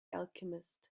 alchemist